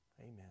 Amen